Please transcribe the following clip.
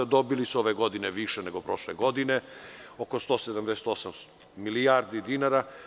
Dobili su ove godine više, nego prošle godine, oko 188 milijardi dinara.